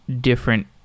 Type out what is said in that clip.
different